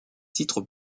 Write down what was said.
titre